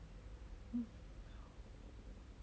um